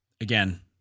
Again